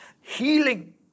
healing